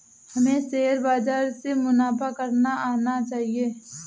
हमें शेयर बाजार से मुनाफा करना आना चाहिए